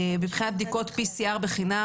מבחינת בדיקות PCR בחינם,